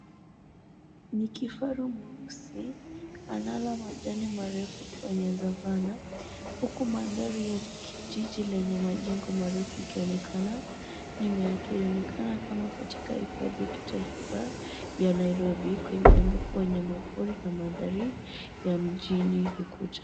Ni kifaru mweusi, anala majani marefu kwenye savana huku mandhari ya kijiji lenye majengo marefu ikionekana. Nyuma yake inaonekana kama katika hifadhi ya kitaifa ya Nairobi kwenye ambapo wanyamapori na mandhari ya mjini hukucha.